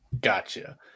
Gotcha